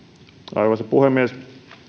arvoisa puhemies